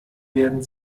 werden